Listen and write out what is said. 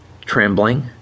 trembling